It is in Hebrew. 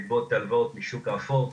בעקבות הלוואות בשוק האפור.